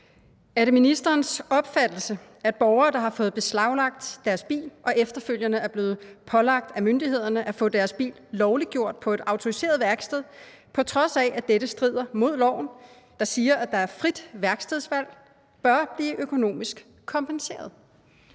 Er det ministerens opfattelse, at borgere, der har fået beslaglagt deres bil og efterfølgende er blevet pålagt af myndighederne at få deres bil lovliggjort på et autoriseret værksted, på trods af at dette strider mod loven, der siger, at der er frit værkstedsvalg, bør blive økonomisk kompenseret?